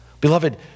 beloved